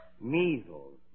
Measles